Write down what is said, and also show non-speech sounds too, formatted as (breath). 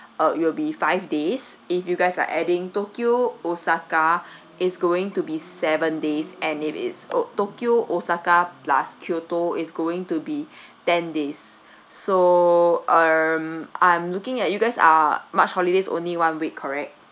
uh it will be five days if you guys are adding tokyo osaka (breath) it's going to be seven days and if it's o~ tokyo osaka plus kyoto is going to be (breath) ten days (breath) so um I'm looking at you guys are march holidays only one week correct